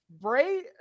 bray